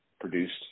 produced